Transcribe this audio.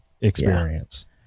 experience